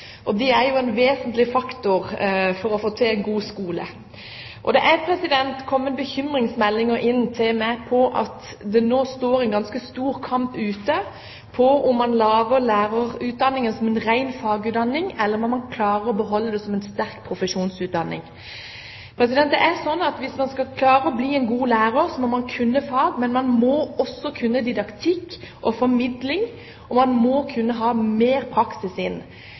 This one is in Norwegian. lærerne. De er jo en vesentlig faktor for å få til en god skole. Det er kommet bekymringsmeldinger til meg om at det nå pågår en ganske stor kamp ute om man skal lage lærerutdanningen som en ren fagutdanning, eller om man klarer å beholde den som en sterk profesjonsutdanning. Det er slik at hvis man skal klare å bli en god lærer, må man kunne fag. Men man må også kunne didaktikk og formidling, og man må kunne ha mer praksis inn.